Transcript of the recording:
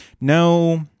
no